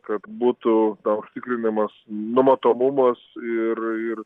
kad būtų na užtikrinimas numatomumas ir ir